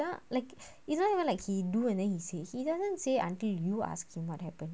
like isn't even like he do and then he say he doesn't say until you ask him what happen